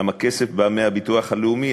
אומנם הכסף בא מהביטוח הלאומי,